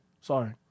Sorry